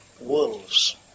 wolves